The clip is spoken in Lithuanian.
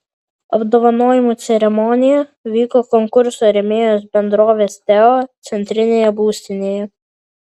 apdovanojimų ceremonija vyko konkurso rėmėjos bendrovės teo centrinėje būstinėje